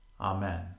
Amen